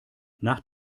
nach